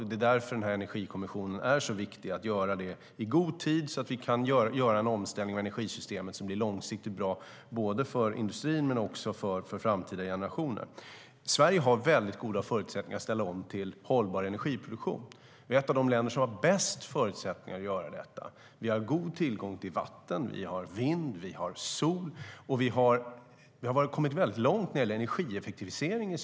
Det är därför Energikommissionen är så viktig. Man ska göra detta i god tid så att vi kan göra en omställning av energisystemet som blir långsiktigt bra för både industrin och för framtida generationer. Sverige har goda förutsättningar att ställa om till hållbar energiproduktion. Vi är ett av de länder som har bäst förutsättningar att göra detta. Vi har god tillgång till vatten, vi har vind, vi har sol och vi har kommit långt när det gäller energieffektivisering.